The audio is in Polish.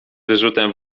wyrzutem